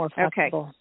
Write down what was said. Okay